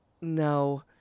no